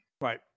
Right